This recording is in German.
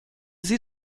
sie